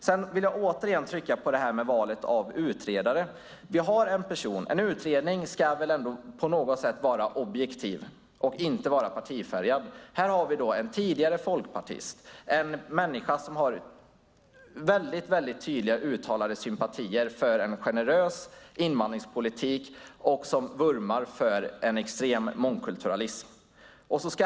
Sedan vill jag återigen trycka på valet av utredare. En utredning ska väl ändå på något sätt vara objektiv och inte vara partifärgad. Här har vi en tidigare folkpartist, en människa som väldigt tydligt har uttalat sympatier för en generös invandringspolitik och som vurmar för en extrem mångkulturalism.